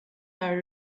are